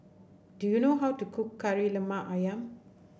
do you know how to cook Kari Lemak ayam